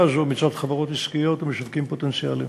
הזו מצד חברות עסקיות ומשווקים פוטנציאליים.